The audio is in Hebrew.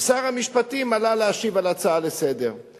ושר המשפטים עלה להשיב על ההצעה לסדר-היום.